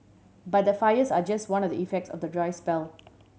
but the fires are just one of the effects of the dry spell